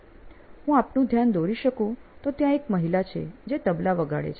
હું તમારું ધ્યાન દોરી શકું તો ત્યાં એક મહિલા છે જે "તબલા" વગાડે છે